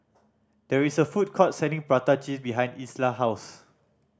there is a food court selling prata cheese behind Isla house